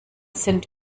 sind